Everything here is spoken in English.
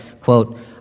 quote